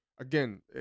Again